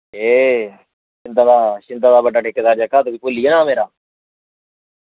एह् सिम्बा दा सिम्बा दा ठैकेदार जेह्का बड्डा ओह् भुल्ली गेदा तुगी भुल्ली गेदा मेरा